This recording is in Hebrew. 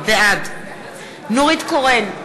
בעד נורית קורן,